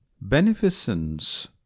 Beneficence